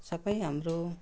सब हाम्रो